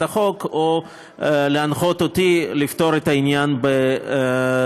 החוק או להנחות אותי לפתור את העניין בתקנות.